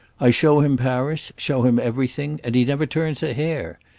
i show him paris, show him everything, and he never turns a hair.